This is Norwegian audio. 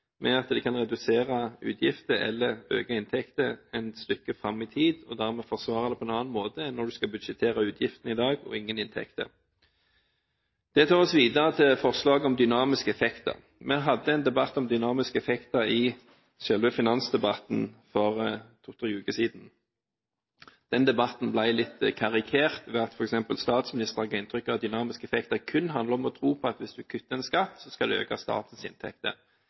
med at de kan redusere utgifter, eller øke inntekter, et stykke fram i tid. Dermed kan en forsvare det på en annen måte enn når en skal budsjettere utgiftene i dag – uten inntekter. Det tar oss videre til forslaget om dynamiske effekter. Vi hadde en debatt om dynamiske effekter i selve finansdebatten for to-tre uker siden. Den debatten ble litt karikert ved at f.eks. statsministeren ga inntrykk av at dynamiske effekter kun handler om å tro på at hvis du kutter en skatt, så øker du statens inntekter.